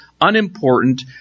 unimportant